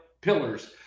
pillars